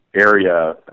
area